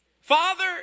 Father